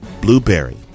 Blueberry